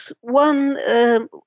one